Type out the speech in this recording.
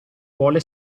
vuole